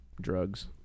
drugs